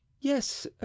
yes